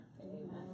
Amen